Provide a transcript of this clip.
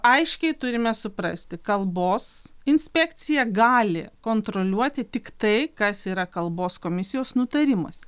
aiškiai turime suprasti kalbos inspekcija gali kontroliuoti tik tai kas yra kalbos komisijos nutarimas